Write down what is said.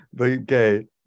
okay